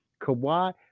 Kawhi